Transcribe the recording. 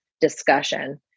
discussion